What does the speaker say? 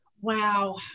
Wow